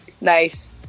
nice